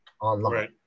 online